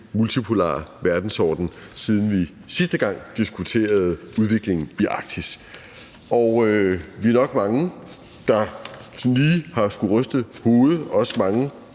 multipolare verdensorden, siden vi sidste gang diskuterede udviklingen i Arktis. Vi er nok mange, der sådan lige har skullet ryste hovedet, også mange,